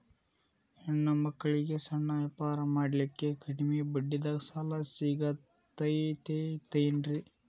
ಹೆಣ್ಣ ಮಕ್ಕಳಿಗೆ ಸಣ್ಣ ವ್ಯಾಪಾರ ಮಾಡ್ಲಿಕ್ಕೆ ಕಡಿಮಿ ಬಡ್ಡಿದಾಗ ಸಾಲ ಸಿಗತೈತೇನ್ರಿ?